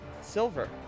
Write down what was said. Silver